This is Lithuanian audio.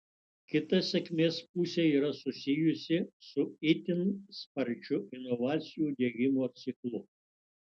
kita sėkmės pusė yra susijusi su itin sparčiu inovacijų diegimo ciklu